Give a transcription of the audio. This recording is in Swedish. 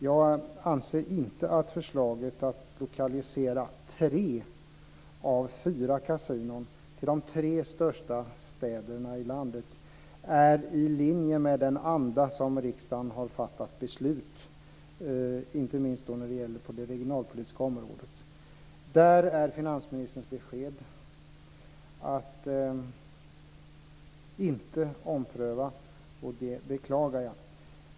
Jag anser inte att förslaget att lokalisera tre av fyra kasinon till de tre största städerna i landet är i linje med den anda som riksdagen har fattat beslutet i. Det gäller inte minst på det regionalpolitiska området. Där är finansministerns besked att inte ompröva. Det beklagar jag.